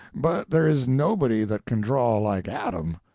but there is nobody that can draw like adam.